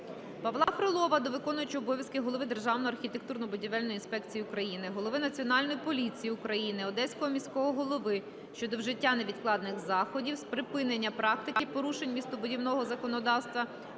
Павла Фролова до виконуючого обов'язки голови Державної архітектурно-будівельної інспекції України, голови Національної поліції України, Одеського міського голови щодо вжиття невідкладних заходів з припинення практики порушень містобудівного законодавства